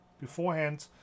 beforehand